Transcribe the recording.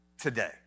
today